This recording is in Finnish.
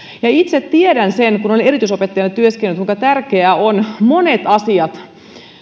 minä itse tiedän sen kun olen erityisopettajana työskennellyt kuinka tärkeitä ovat monet asiat